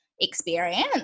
experience